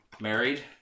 married